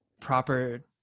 proper